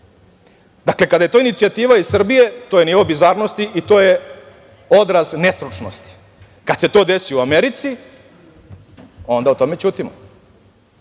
Dakle, kada je to inicijativa iz Srbije, to je nivo bizarnosti i to je odraz nestručnosti, kad se to desi u Americi, onda o tome ćutimo.